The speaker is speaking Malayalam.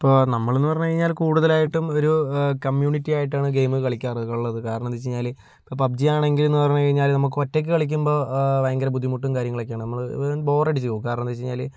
ഇപ്പോൾ നമ്മളെന്ന് പറഞ്ഞ് കഴിഞ്ഞാൽ കൂടുതലായിട്ടും ഒരു കമ്മ്യൂണിറ്റി ആയിട്ടാണ് ഗെയിം കളിക്കാറ് ഉള്ളത് കാരണം എന്തെന്ന് വെച്ച് കഴിഞ്ഞാല് ഇപ്പോൾ പബ്ജിയാണെങ്കിലെന്ന് പറഞ്ഞ് കഴിഞ്ഞാല് നമുക്ക് ഒറ്റയ്ക്ക് കളിക്കുമ്പോൾ ഭയങ്കര ബുദ്ധിമുട്ടും കാര്യങ്ങളൊക്കെയാണ് നമ്മള് ബോറടിച്ച് പോകും കാരണം എന്താണെന്ന് വെച്ച് കഴിഞ്ഞാല്